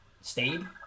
stayed